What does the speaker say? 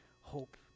hope